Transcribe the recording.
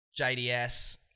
JDS